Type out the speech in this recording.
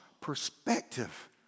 perspective